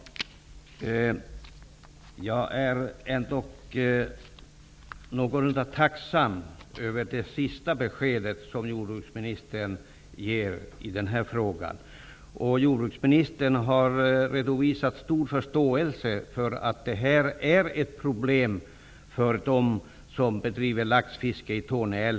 Herr talman! Jag är ändock någorlunda tacksam över det sista beskedet som jordbruksministern ger i den här frågan. Jordbruksministern har redovisat stor förståelse för att det här är ett problem för dem som bedriver laxfiske i Torne älv.